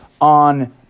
on